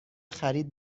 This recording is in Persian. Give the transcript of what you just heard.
خرید